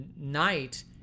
night